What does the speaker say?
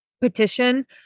petition